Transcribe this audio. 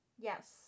Yes